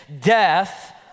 Death